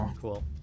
cool